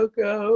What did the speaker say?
go